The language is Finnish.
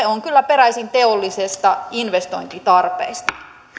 on kyllä peräisin teollisista investointitarpeista